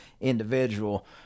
individual